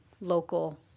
local